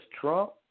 Trump